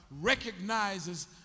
recognizes